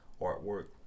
Artwork